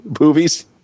movies